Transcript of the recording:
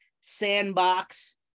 sandbox